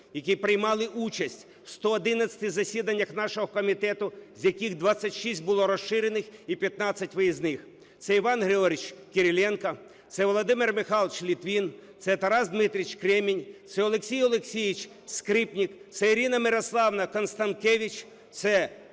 які приймали участь в 111 засіданнях нашого комітету, з яких 26 було розширених і 15 виїзних. Це Іван Григорович Кириленко, це Володимир Михайлович Литвин, це Тарас Дмитрович Кремінь, це Олексій Олексійович Скрипник, це Ірина Мирославівна Констанкевич, це